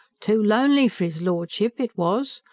too lonely for is lordship it was.